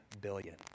billion